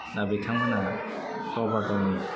दा बिथांमोना गावबा गावनि